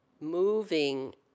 moving